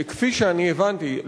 שכפי שאני הבנתי,